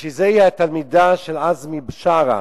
בשביל זה היא התלמידה של עזמי בשארה.